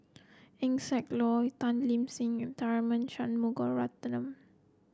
Eng Siak Loy Tan Lip Seng and Tharman Shanmugaratnam